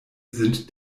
sind